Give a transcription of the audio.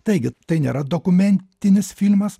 taigi tai nėra dokumentinis filmas